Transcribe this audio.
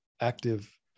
active